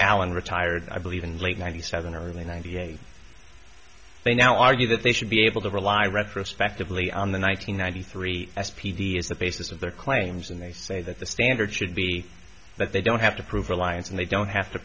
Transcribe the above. allen retired i believe in late ninety seven early ninety eight they now argue that they should be able to rely retrospectively on the one thousand nine hundred three s p d is the basis of their claims and they say that the standard should be that they don't have to prove reliance and they don't have to